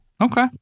Okay